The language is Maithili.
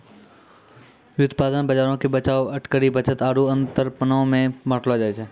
व्युत्पादन बजारो के बचाव, अटकरी, बचत आरु अंतरपनो मे बांटलो जाय छै